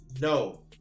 no